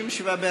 2 לא נתקבלה.